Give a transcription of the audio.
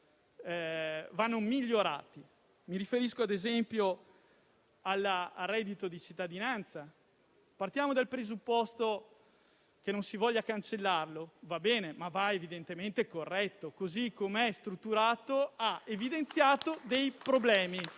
e migliorati. Mi riferisco - ad esempio - al reddito di cittadinanza. Partiamo dal presupposto che non si voglia cancellarlo. Va bene, ma va evidentemente corretto perché, così come è strutturato, ha evidenziato dei problemi.